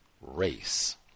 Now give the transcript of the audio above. race